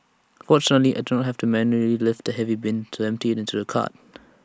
fortunately I did not have to manually lift the heavy bin to empty IT into the cart